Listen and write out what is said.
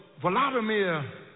Vladimir